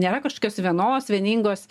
nėra kažkokios vienos vieningos